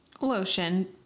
lotion